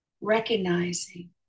recognizing